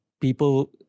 people